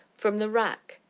from the rack,